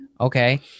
Okay